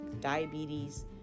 diabetes